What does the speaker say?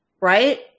right